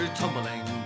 tumbling